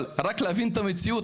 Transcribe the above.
אבל רק כדי להבין את המציאות,